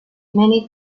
many